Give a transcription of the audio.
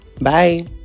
bye